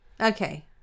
okay